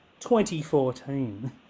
2014